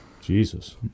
Jesus